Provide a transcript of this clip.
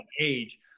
age